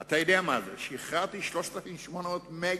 אתה יודע מה זה, שחררתי 3,800 מגוואט,